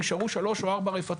נשארו שלוש או ארבע רפתות.